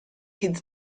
kid